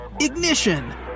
ignition